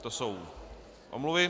To jsou omluvy.